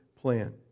plan